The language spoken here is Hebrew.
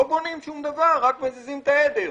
לא בונים שום דבר, רק מזיזים את העדר.